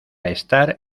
estar